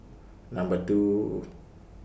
Number two